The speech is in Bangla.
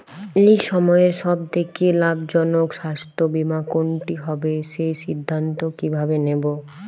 এই সময়ের সব থেকে লাভজনক স্বাস্থ্য বীমা কোনটি হবে সেই সিদ্ধান্ত কীভাবে নেব?